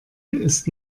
ist